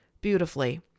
beautifully